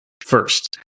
first